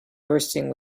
bursting